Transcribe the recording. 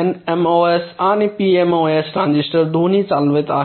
NMOS आणि PMOS transistor दोन्ही चालवित आहेत